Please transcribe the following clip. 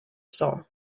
saw